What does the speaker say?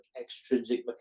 extrinsic